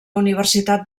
universitat